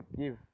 give